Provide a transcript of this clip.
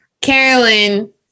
Carolyn